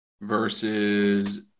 versus